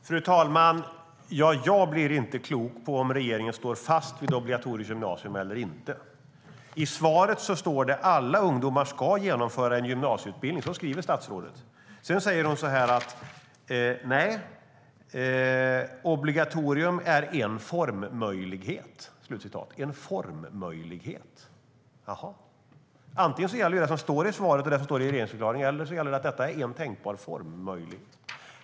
Fru talman! Jag blir inte klok på om regeringen står fast vid obligatoriskt gymnasium eller inte. I svaret sade statsrådet att alla ungdomar ska genomföra en gymnasieutbildning. Så sade statsrådet. Sedan säger hon så här: "Obligatorium är en formmöjlighet." En formmöjlighet. Jaha? Antingen gäller det som sades i svaret och i regeringsförklaringen, eller också gäller detta - att det är en tänkbar formmöjlighet.